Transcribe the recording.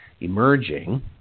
Emerging